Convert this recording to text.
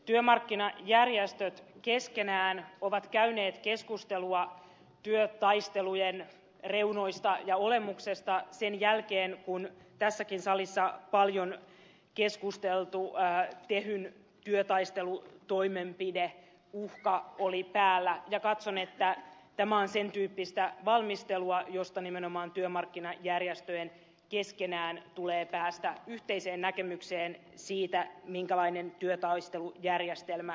työmarkkinajärjestöt keskenään ovat käyneet keskustelua työtaistelujen reunoista ja olemuksesta sen jälkeen kun tässäkin salissa paljon keskusteltu tehyn työtaistelutoimenpideuhka oli päällä ja katson että tämä on sen tyyppistä valmistelua josta nimenomaan työmarkkinajärjestöjen keskenään tulee päästä yhteiseen näkemykseen siitä minkälainen työtaistelujärjestelmä meillä on